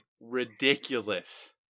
ridiculous